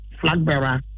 flag-bearer